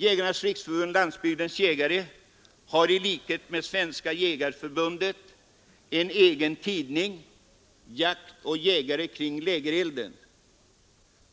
Jägarnas riksförbund-Landsbygdens jägare har i likhet med Svenska jägareförbundet en egen tidning, Jakt och Jägare — Kring Lägerelden.